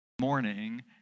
morning